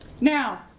Now